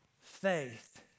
faith